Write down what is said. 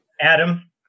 Adam